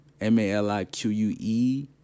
M-A-L-I-Q-U-E